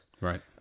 Right